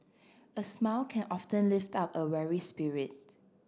a smile can often lift up a weary spirit